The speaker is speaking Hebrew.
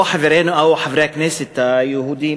או חברי הכנסת היהודים,